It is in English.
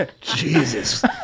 Jesus